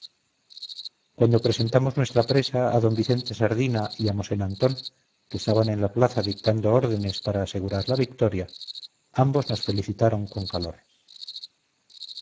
cuando presentamos nuestra presa a don vicente sardina y a mosén antón que estaban en la plaza dictando órdenes para asegurar la victoria ambos nos felicitaron con calor